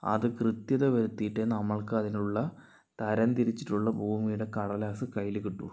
അത് കൃത്യത വരുത്തിയിട്ട് നമ്മൾക്ക് അതിനുള്ള തരം തിരിച്ചിട്ടുള്ള ഭൂമിയുടെ കടലാസ് കൈയ്യിൽ കിട്ടൂ